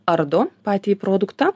ardo patį produktą